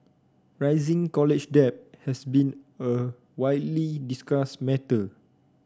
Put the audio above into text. rising college debt has been a widely discussed matter